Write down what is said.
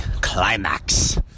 climax